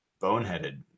boneheaded